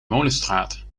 molenstraat